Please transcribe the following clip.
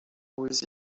aux